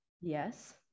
Yes